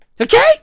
Okay